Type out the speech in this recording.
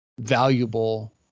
valuable